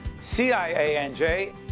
CIANJ